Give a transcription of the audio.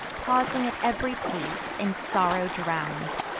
pausing at ev'ry pace, in sorrow drown'd,